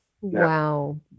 Wow